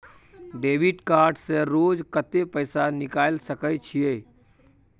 Debit card से रोज कत्ते पैसा निकाल सके छिये?